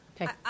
Okay